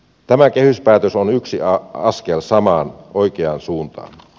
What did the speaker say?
tämä kehyspäätös on yksi askel samaan oikeaan suuntaan